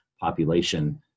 population